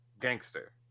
gangster